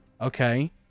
Okay